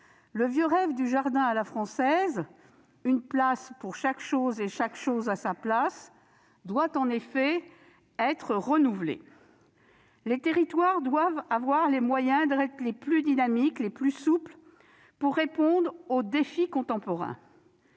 le vieux rêve du jardin « à la française »- une place pour chaque chose et chaque chose à sa place -doit en effet être renouvelé. C'est vrai ! Les territoires doivent avoir les moyens d'être plus dynamiques, plus souples, pour répondre aux défis contemporains.